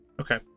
Okay